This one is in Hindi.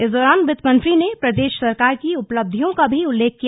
इस दौरान वित्त मंत्री ने प्रदेश सरकार की उपलब्धियों का भी उल्लेख किया